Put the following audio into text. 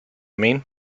mean